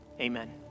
amen